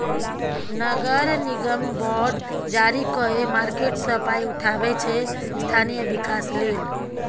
नगर निगम बॉड जारी कए मार्केट सँ पाइ उठाबै छै स्थानीय बिकास लेल